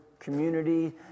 Community